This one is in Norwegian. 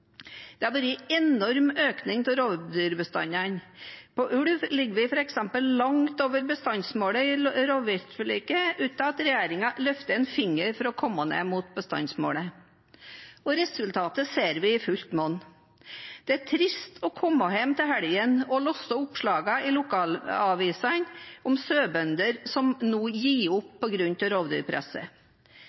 Det har vært enorm økning i rovviltbestanden. På ulv ligger vi f.eks. langt over bestandsmålet i rovviltforliket uten at regjeringen løfter en finger for å komme ned mot bestandsmålet. Resultatet ser vi i fullt monn. Det er trist å komme hjem til helgen og lese oppslagene i lokalavisene om sauebønder som nå gir opp på grunn av rovdyrpresset,